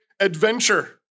Adventure